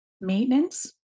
maintenance